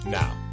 now